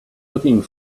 looking